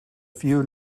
few